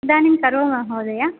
इदानीं करोमि वा महोदया